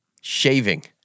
Shaving